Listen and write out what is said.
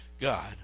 God